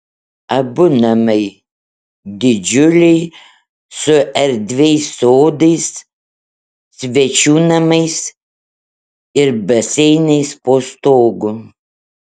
abu namai didžiuliai su erdviais sodais svečių namais ir baseinais po stogu